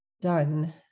done